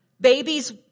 babies